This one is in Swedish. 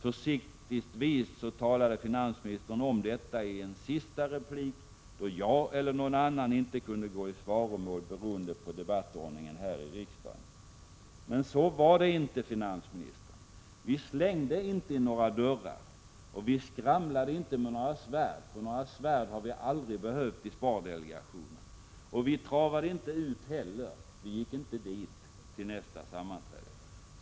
Försiktigtvis talade finansministern om detta i en sista replik, då varken jag eller någon annan kunde gå i svaromål beroende på debattordningen. Men så var det inte, finansministern. Vi slängde inte i några dörrar. Vi skramlade inte med några svärd, för svärd har vi aldrig behövt i Spardelegationen. Och vi travade inte ut heller — vi gick inte dit till nästa sammanträde.